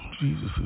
Jesus